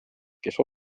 kes